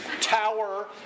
tower